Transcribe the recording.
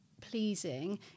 pleasing